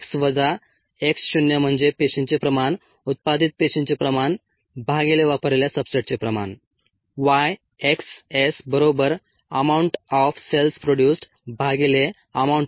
x वजा x शून्य म्हणजे पेशींचे प्रमाण उत्पादित पेशींचे प्रमाण भागिले वापरलेल्या सब्सट्रेटचे प्रमाण